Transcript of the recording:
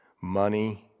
Money